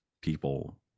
people